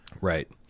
right